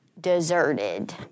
deserted